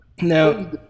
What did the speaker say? Now